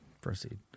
Proceed